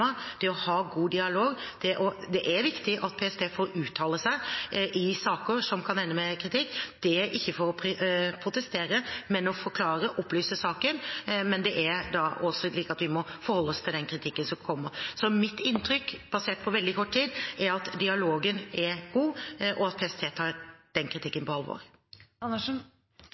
det å ha en god dialog. Det er viktig at PST får uttale seg i saker som kan ende med kritikk. Det er ikke for å protestere, men for å forklare og opplyse saken. Men vi må forholde oss til den kritikken som kommer. Mitt inntrykk, basert på veldig kort tid, er at dialogen er god, og at PST tar den kritikken på alvor.